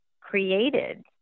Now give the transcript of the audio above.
created